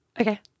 Okay